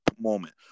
moment